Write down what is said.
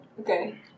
Okay